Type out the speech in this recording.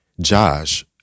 Josh